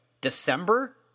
December